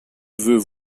veux